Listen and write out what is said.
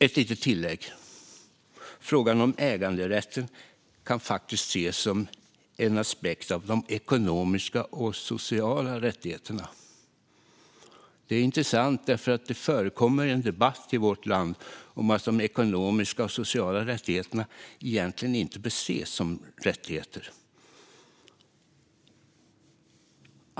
Ett litet tillägg: Frågan om äganderätten kan faktiskt ses som en aspekt av de ekonomiska och sociala rättigheterna. Detta är intressant, för det förekommer en debatt i vårt land om att de ekonomiska och sociala rättigheterna egentligen inte bör ses som rättigheter.